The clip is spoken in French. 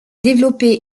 développé